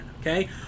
okay